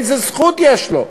איזו זכות יש לו.